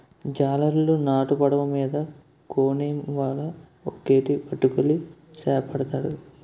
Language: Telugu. జాలరులు నాటు పడవ మీద కోనేమ్ వల ఒక్కేటి పట్టుకెళ్లి సేపపడతారు